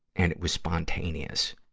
and it was spontaneous.